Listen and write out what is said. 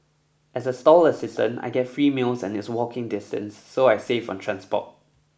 as a stall assistant I get free meals and it's walking distance so I save on transport